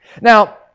Now